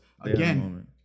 Again